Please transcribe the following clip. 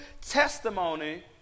testimony